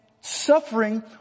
suffering